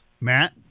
Matt